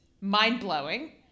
mind-blowing